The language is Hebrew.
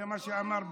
זה מה שאמר ביבי.